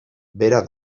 bera